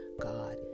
God